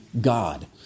God